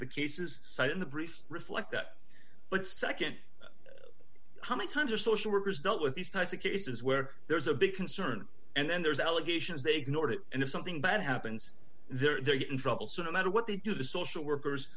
the cases cited in the briefs reflect that but nd how many times are social workers dealt with these types of cases where there's a big concern and then there's allegations they ignored it and if something bad happens there get in trouble so no matter what they do the social workers